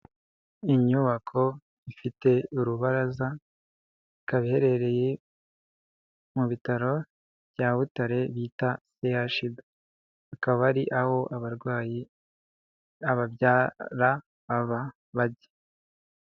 Inyubako ifite urubaraza ikaba iherereye mu bitaro bya Butare bita CHUB. Akaba ari aho abarwayi ababyara bajya.